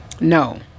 No